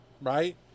right